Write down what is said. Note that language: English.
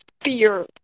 fear